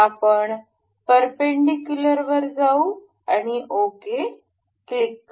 आपण परपेंडीकुलरवर जाऊ आणि ओके क्लिक करू